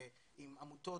עם עמותות,